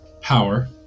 power